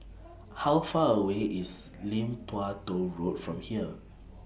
How Far away IS Lim Tua Tow Road from here